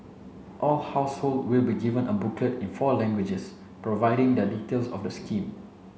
all household will also be given a booklet in four languages providing the details of the scheme